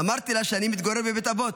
אמרתי לה שאני מתגורר בבית אבות.